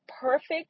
perfect